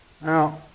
Now